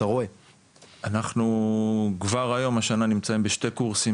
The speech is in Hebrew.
אנחנו כבר היום השנה נמצאים בשני קורסים